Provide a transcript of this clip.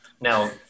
Now